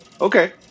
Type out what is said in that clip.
Okay